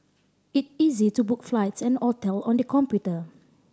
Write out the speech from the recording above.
it is easy to book flights and hotel on the computer